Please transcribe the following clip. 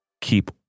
keep